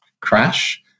crash